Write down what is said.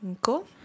Cool